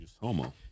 homo